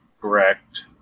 correct